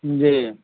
جی